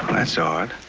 that's odd.